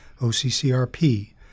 OCCRP